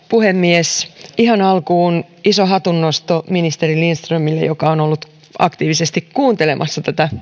puhemies ihan alkuun iso hatunnosto ministeri lindströmille joka on ollut aktiivisesti kuuntelemassa tätä